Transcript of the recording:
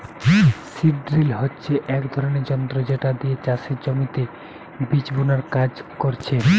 seed drill হচ্ছে এক ধরণের যন্ত্র যেটা দিয়ে চাষের জমিতে বীজ বুনার কাজ করছে